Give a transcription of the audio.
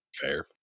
fair